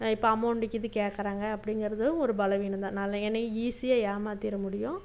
இப்போ அமௌண்ட்டு கீது கேட்கறாங்க அப்படிங்கிறது ஒரு பலவீனந்தானால என்னை ஈஸியாக ஏமாத்திட முடியும்